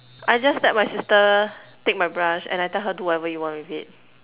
I just let my sister take my brush and I tell her do whatever you want with it